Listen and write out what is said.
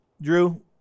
Drew